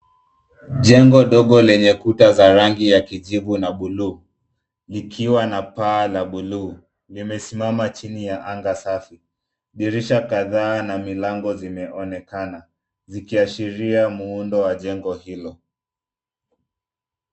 Jengo dogo lenye kuta za rangi ya kijivu na buluu, likiwa na paa la buluu. Limesimama chini ya anga safi. Dirisha kadhaa na milango zimeonekana, zikiashiria muundo wa jengo hilo.